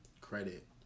credit